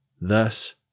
Thus